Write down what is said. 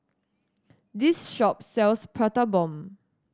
this shop sells Prata Bomb